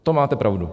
To máte pravdu.